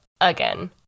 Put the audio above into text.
Again